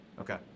Okay